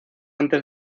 antes